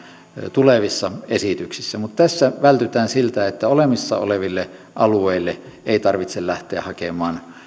tulevissa esityksissä mutta tässä vältytään siltä että olemassa oleville alueille ei tarvitse lähteä hakemaan